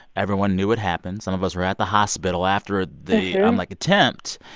everyone knew it happened. some of us were at the hospital after the, yeah um like, attempt.